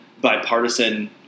bipartisan